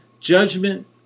judgment